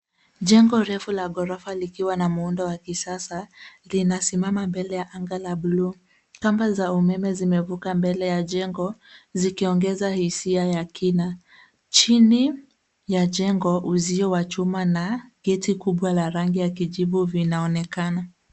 Jengo refu la ghorofa likiwa na muundo wa kisasa linasimama mbele ya anga la bluu. Kamba za umeme zimevuka mbele ya jengo zikiongeza hisia ya kina. Chini ya jengo uzio wa chuma na kiti kubwa la rangi ya kijivu vinaonekana.